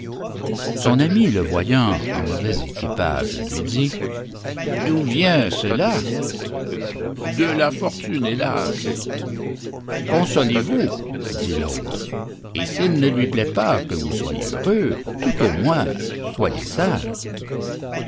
son ami le voyant en mauvais équipage lui dit d'où vient cela de la fortune hélas consolez-vous dit l'autre et s'il ne lui plaît pas que vous soyez heureux tout au moins soyez sage